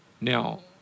Now